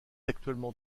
actuellement